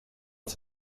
els